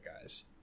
guys